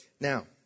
Now